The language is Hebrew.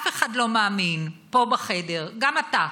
אף אחד לא מאמין פה בחדר, גם אתה,